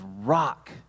rock